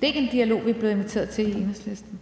Det er ikke en dialog, vi er blevet inviteret til i Enhedslisten.